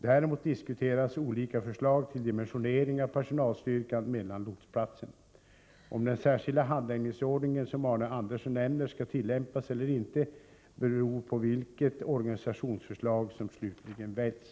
Däremot diskuteras olika förslag till dimensione Om den särskilda handläggningsordning som Arne Andersson nämner skall tillämpas eller inte beror på vilket organisationsförslag som slutligen väljs.